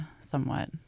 somewhat